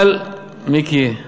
אבל, מיקי,